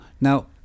now